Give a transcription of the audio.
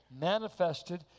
manifested